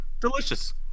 delicious